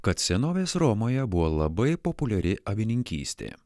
kad senovės romoje buvo labai populiari avininkystė